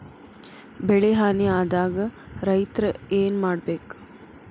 ಬೆಳಿ ಹಾನಿ ಆದಾಗ ರೈತ್ರ ಏನ್ ಮಾಡ್ಬೇಕ್?